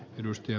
kannatan